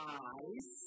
eyes